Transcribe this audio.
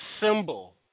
symbol